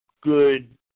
good